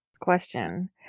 Question